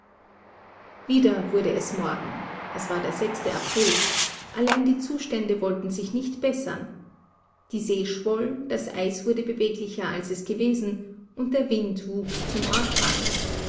wieder wurde es morgen es war der sechste april allein die zustände wollten sich nicht bessern die see schwoll das eis wurde beweglicher als es gewesen und der wind wuchs zum orkane